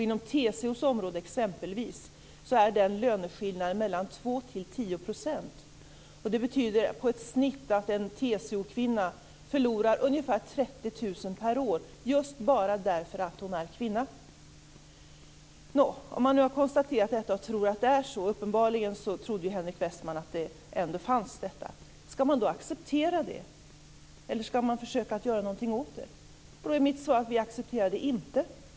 Inom t.ex. TCO:s område är löneskillnaden 2-10 %. Det betyder i snitt att en TCO-kvinna förlorar ungefär 30 000 kr per år just bara därför att hon är kvinna. Nå! Om man tror att det bara är så - uppenbarligen tror Henrik Westman så - ska man då acceptera detta eller försöka göra någonting åt det? Mitt svar är att vi accepterar det inte.